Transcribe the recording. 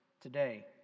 today